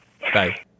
Bye